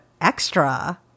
Extra